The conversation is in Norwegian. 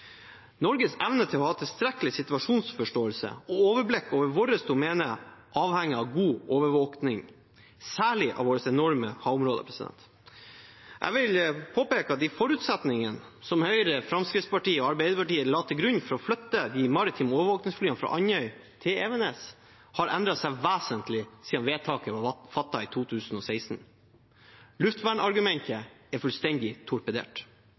Norges evne til å ha tilstrekkelig situasjonsforståelse og overblikk over vårt domene avhenger av god overvåkning, særlig av våre enorme havområder. Jeg vil påpeke at de forutsetningene som Høyre, Fremskrittspartiet og Arbeiderpartiet la til grunn for å flytte de maritime overvåkningsflyene fra Andøya til Evenes, har endret seg vesentlig siden vedtaket ble fattet i 2016. Luftvernargumentet er fullstendig torpedert.